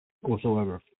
whatsoever